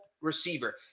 receiver